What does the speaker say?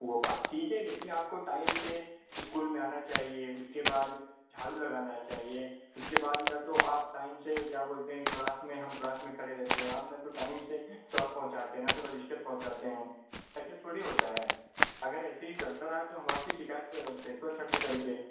वो बात ठीक है लेकिन आपको टाइम से स्कूल में आना चाहिए उसके बाद झाड़ू लगाना चाहिए उसके बाद न तो आप टाइम से क्या बोलते हैं क्लास में हम क्लास में खड़े रहते हैं आप ना तो टाइम से चॉक पहुँचाते हैं ना तो रजिस्टर पहुँचाते हैं ऐसे थोड़ी होता है अगर ऐसे ही चलता रहा तो हम आपकी शिकायत प्रिन्सिपल सर से करके